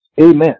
Amen